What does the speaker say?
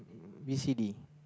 v_c_d